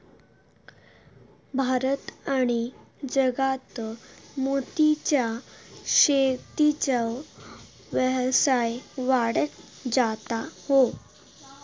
भारत आणि जगात मोतीयेच्या शेतीचो व्यवसाय वाढत जाता हा